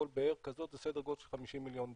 כל באר כזאת זה סדר גודל של 50 מיליון דולר.